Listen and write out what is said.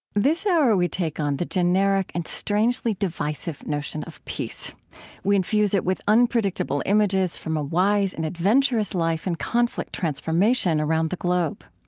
this hour, we take on the generic and strangely divisive notion of peace we infuse it with unpredictable images from a wise and adventurous life in conflict transformation around the globe.